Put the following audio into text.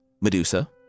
Medusa